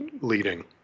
leading